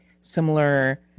similar